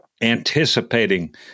anticipating